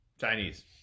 Chinese